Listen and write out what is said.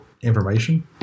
Information